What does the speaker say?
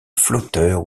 flotteurs